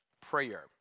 prayer